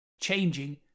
changing